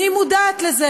אני מודעת לזה,